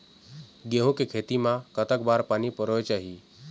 गेहूं के खेती मा कतक बार पानी परोए चाही?